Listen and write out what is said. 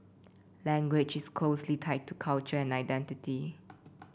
language is closely tied to culture and identity